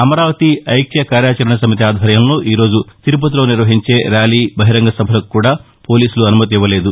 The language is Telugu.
అమరావతి ఐక్య కార్యాచరణ సమితి ఆధ్వర్యంలో ఈరోజు తిరుపతిలో నిర్వహించే ర్యాలీ బహిరంగ సభలకు కూడా పోలీసులు అనుమతి ఇవ్వలేదు